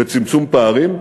בצמצום פערים,